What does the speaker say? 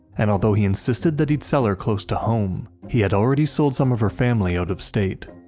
and although he insisted that he'd sell her close to home, he had already sold some of her family out-of-state.